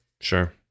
Sure